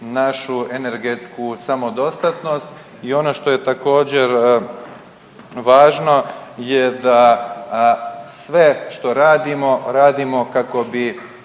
našu energetsku samodostatnost. I ono što je također važno je da sve što radimo, radimo kako bi